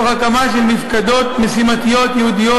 תוך כדי הקמה של מפקדות משימתיות ייעודיות